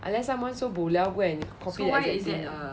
unless someone so boliao go and copy his D_P